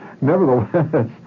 nevertheless